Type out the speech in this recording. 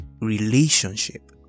relationship